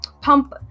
Pump